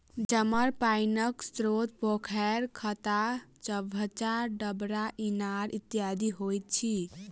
जमल पाइनक स्रोत पोखैर, खत्ता, चभच्चा, डबरा, इनार इत्यादि होइत अछि